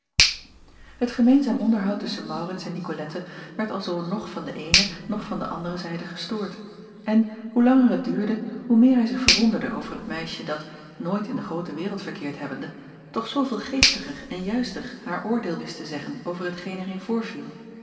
et gemeenzaam onderhoud tusschen aurits en icolette werd alzoo noch van de eene noch van de andere zijde gestoord en hoe langer het duurde hoe meer hij zich verwonderde over het meisje dat nooit in de groote wereld verkeerd hebbende toch zooveel geestiger en juister haar oordeel wist te zeggen over hetgeen er in voorviel